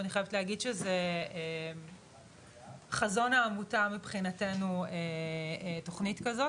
אני חייבת להגיד שזה חזון העמותה מבחינתנו תוכנית כזו,